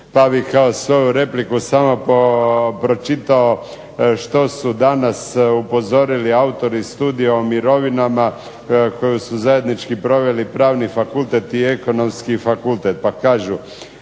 pa bih kao moju repliku prvo pročitao što su danas upozorili autori studija o mirovinama koju su zajednički proveli Pravni fakultet i ekonomski fakultet,